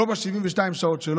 לא ב-72 שעות,